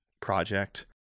project